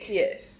yes